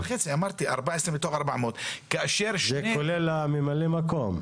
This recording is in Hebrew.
זה כולל ממלאי המקום.